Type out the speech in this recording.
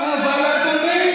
אבל אדוני,